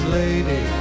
lady